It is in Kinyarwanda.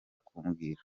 kumbwira